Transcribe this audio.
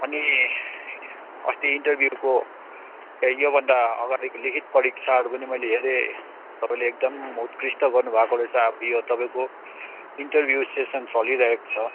अनि अस्ति इन्टरभ्युको ए योभन्दा अगाडिको लिखित परिक्षाहरू पनि मैले हेरेँ तपाईँले एकदम उत्कृष्ट गर्नुभएको रहेछ अब यो तपाईँको इन्टरभ्यु सेसन चलिरहेको छ